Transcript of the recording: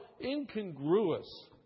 incongruous